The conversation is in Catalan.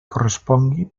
correspongui